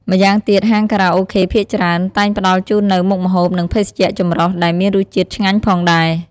ម្យ៉ាងទៀត ហាងខារ៉ាអូខេភាគច្រើន តែងផ្តល់ជូននូវ មុខម្ហូប និងភេសជ្ជៈចម្រុះ ដែលមានរសជាតិឆ្ងាញ់ផងដែរ។